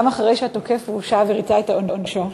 גם אחרי שהתוקף הורשע וריצה את עונשו,